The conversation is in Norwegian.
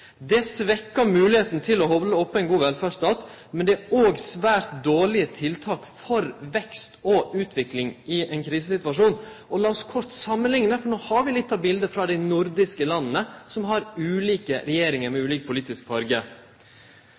god velferdsstat, men det er òg svært dårlege tiltak for vekst og utvikling i ein krisesituasjon. Lat oss kort samanlikne – for no har vi litt av biletet frå dei nordiske landa, som har ulike regjeringar med ulik politisk